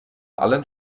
allen